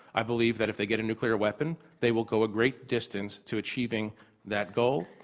i believe that if they get a nuclear weapon, they will go a great distance to achieving that goal.